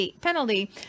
penalty